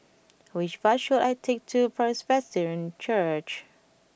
which bus should I take to Presbyterian Church